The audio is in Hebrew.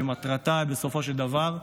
בסופו של דבר,